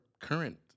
current